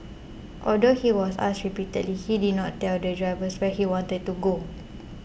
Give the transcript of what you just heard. although he was asked repeatedly he did not tell the driver where he wanted to go